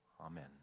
Amen